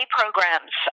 programs